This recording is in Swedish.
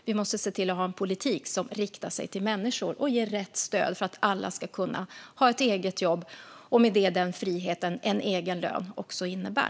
Vi måste se till att ha en politik som riktar sig till människor och ge rätt stöd så att alla ska kunna ha ett eget jobb och med det den frihet en egen lön innebär.